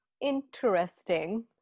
Interesting